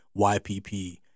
YPP